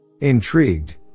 Intrigued